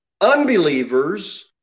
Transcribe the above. Unbelievers